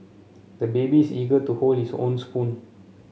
the baby is eager to hold his own spoon